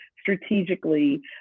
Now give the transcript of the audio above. strategically